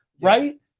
right